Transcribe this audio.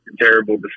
terrible